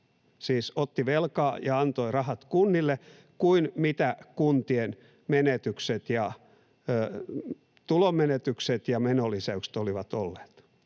siis otti velkaa ja antoi rahat kunnille — kuin mitä kuntien tulonmenetykset ja menolisäykset olivat olleet,